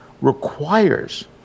requires